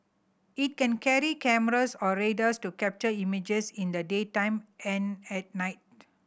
it can carry cameras or radars to capture images in the daytime and at night